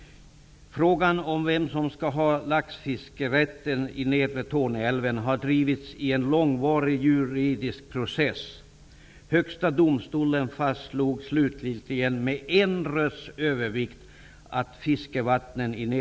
Torne älv har drivits i en långvarig juridisk process.